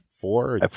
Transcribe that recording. four